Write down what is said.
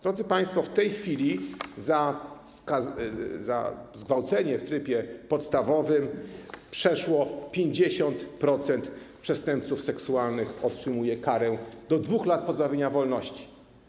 Drodzy państwo, w tej chwili za zgwałcenie w trybie podstawowym przeszło 50% przestępców seksualnych otrzymuje karę do 2 lat pozbawienia wolności.